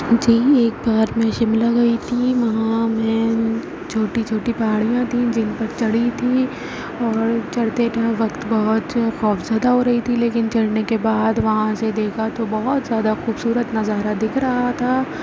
جی ایک بار میں شملہ گئی تھی وہاں میں چھوٹی چھوٹی پہاڑیاں تھی جن پر چڑھی تھی اور چڑھتے ٹائم وقت بہت خوف زدہ ہو رہی تھی لیکن چڑھنے کے بعد وہاں سے دیکھا تو بہت زیادہ خوبصورت نظارہ دکھ رہا تھا